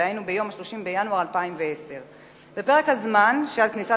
דהיינו ביום 30 בינואר 2010. בפרק הזמן שעד כניסת